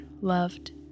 loved